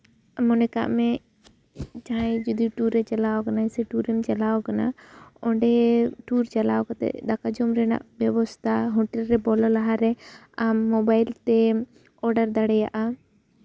ᱢᱚᱱᱮ ᱠᱟᱜ ᱢᱮ ᱡᱟᱦᱟᱸᱭ ᱡᱩᱫᱤ ᱴᱩᱨᱮ ᱪᱟᱞᱟᱣ ᱟᱠᱟᱱᱟ ᱥᱮ ᱴᱩᱨᱮᱢ ᱪᱟᱞᱟᱣ ᱟᱠᱟᱱᱟ ᱚᱸᱰᱮ ᱴᱩᱨ ᱪᱟᱞᱟᱣ ᱠᱟᱛᱮᱜ ᱫᱟᱠᱟ ᱡᱚᱢ ᱨᱮᱱᱟᱜ ᱵᱮᱵᱚᱥᱛᱷᱟ ᱦᱳᱴᱮᱞ ᱨᱮ ᱵᱚᱞᱚ ᱞᱟᱦᱟᱨᱮ ᱟᱢ ᱢᱳᱵᱟᱭᱤᱞ ᱛᱮ ᱚᱰᱟᱨ ᱫᱟᱲᱮᱭᱟᱜᱼᱟ